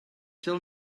tell